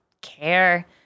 care